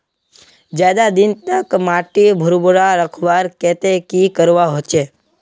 ज्यादा दिन तक माटी भुर्भुरा रखवार केते की करवा होचए?